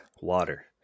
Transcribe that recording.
water